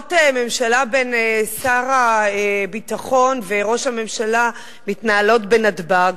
ישיבות ממשלה בין שר הביטחון וראש הממשלה מתנהלות בנתב"ג,